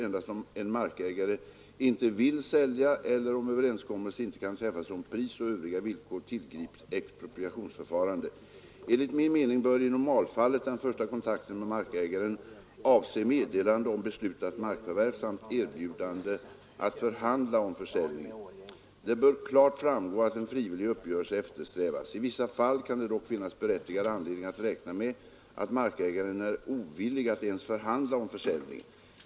Endast om en markägare inte vill sälja eller om överenskommelse inte kan träffas om pris och övriga villkor tillgrips expropriationsförfarandet. Enligt min mening bör i normalfallet den första kontakten med markägaren avse meddelande om beslutat markförvärv samt erbjudande att förhandla om försäljning. Det bör klart framgå att en frivillig uppgörelse eftersträvas. I vissa fall kan det dock finnas berättigad anledning att räkna med att markägaren är ovillig att ens förhandla om försäljning.